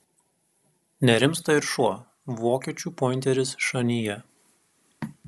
nerimsta ir šuo vokiečių pointeris šanyje